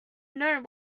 know